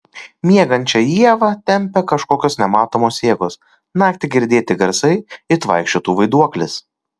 miegančią ievą tempia kažkokios nematomos jėgos naktį girdėti garsai it vaikščiotų vaiduoklis